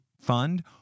fund